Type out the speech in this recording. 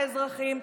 האזרחים,